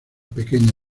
pequeña